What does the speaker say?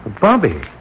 Bobby